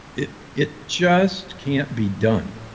it it just can't be done.